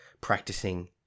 practicing